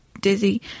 dizzy